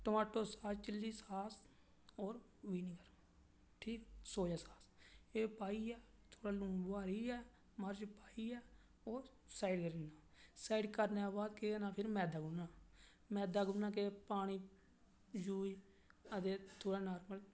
tomato sauce chilli sauce और vinegar ठीक soya sauce ऐ पाइये थोहडा लून पाइयै मर्च पाइयै और साइड करने दे बाद केह् करना फिर मैदा गुन्नना मैदा गुन्नना ते पानी यूज थोहडा जेहा नार्मल